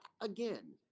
again